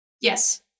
Yes